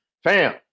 Fam